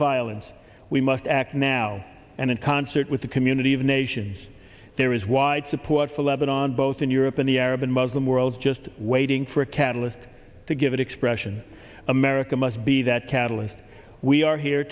violence we must act now and in concert with the community of nations there is wide support for lebanon both in europe and the arab and muslim world just waiting for a catalyst to give an expression america must be that catalyst we are here